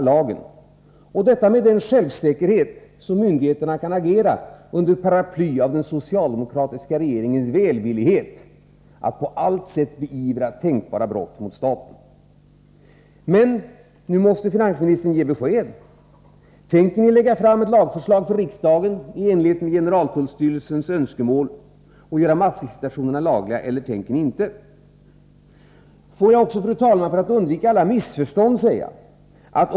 Detta sker med den självsäkerhet med vilken myndigheterna kan agera under paraply av den socialdemokratiska regeringens välvillighet att på allt sätt beivra tänkbara brott mot staten. Nu måste finansministern ge besked. Tänker ni lägga fram ett lagförslag för riksdagen i enlighet med generaltullstyrelsens önskemål och göra massvisitationerna lagliga? Får jag också, fru talman, för att undvika alla missförstånd, erinra om följande.